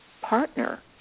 partner